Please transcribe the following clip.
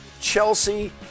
Chelsea